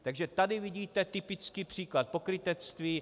Takže tady vidíte typický příklad pokrytectví.